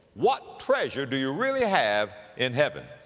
what treasure do you really have in heaven?